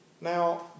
Now